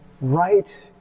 right